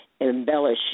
Embellish